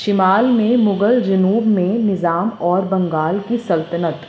شمال میں مغل جنوب میں نظام اور بنگال کی سلطنت